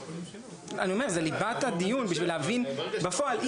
אני אומר שזה ליבת הדיון בשביל להבין בפועל.